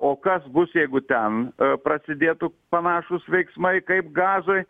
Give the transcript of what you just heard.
o kas bus jeigu ten prasidėtų panašūs veiksmai kaip gazoj